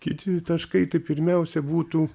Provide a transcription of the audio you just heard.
kiti taškai tai pirmiausia būtų